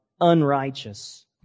Unrighteous